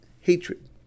hatred